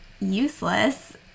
useless